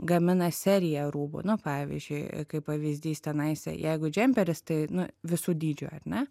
gamina seriją rūbų nu pavyzdžiui kaip pavyzdys tenaus jeigu džemperis tai nu visų dydžių ar ne